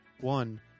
One